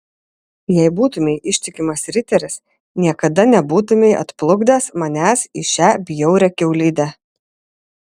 jei būtumei ištikimas riteris niekada nebūtumei atplukdęs manęs į šią bjaurią kiaulidę